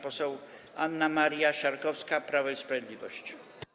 Poseł Anna Maria Siarkowska, Prawo i Sprawiedliwość.